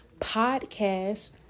podcast